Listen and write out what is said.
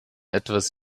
etwas